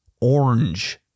orange